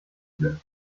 couleur